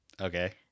Okay